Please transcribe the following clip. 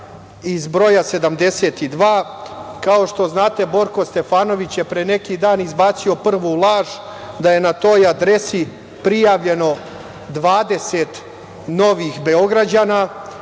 iz broja 72. Kao što znate, Borko Stefanović je pre neki dan izbacio prvu laž da je na toj adresi prijavljeno 20 novih Beograđana.